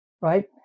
right